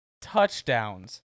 touchdowns